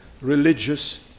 religious